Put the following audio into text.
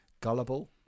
gullible